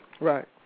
Right